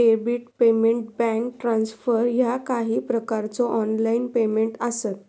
debit payment, bank transfer ह्या काही प्रकारचो ऑनलाइन पेमेंट आसत